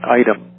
item